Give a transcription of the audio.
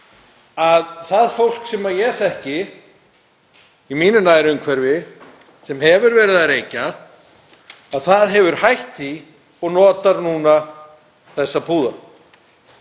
að það fólk sem ég þekki í mínu nærumhverfi sem hefur verið að reykja hefur hætt því og notar núna þessa púða.